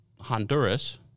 Honduras